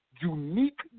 unique